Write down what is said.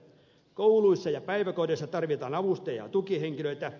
kouluissa ja päiväkodeissa tarvitaan avustajia ja tukihenkilöitä